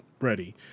ready